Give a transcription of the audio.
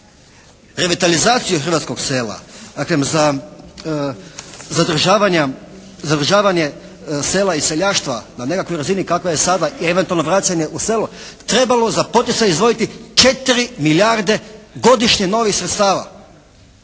revitalizaciju hrvatskog sela, dakle za zadržavanje sela i seljaštva na nekakvoj razini kakva je sada i eventualno vraćanje u selo trebalo za poticaj izdvojiti 4 milijarde godišnje novih sredstava